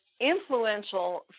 influential